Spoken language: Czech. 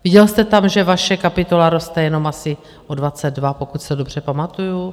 Viděl jste tam, že vaše kapitola roste jenom asi o 22, pokud se dobře pamatuju?